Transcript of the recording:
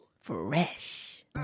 Fresh